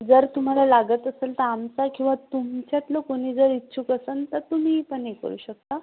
जर तुम्हाला लागत असेल तर आमचा किंवा तुमच्यातलं कोणी जर इच्छुक असेल तर तुम्ही पण हे करू शकता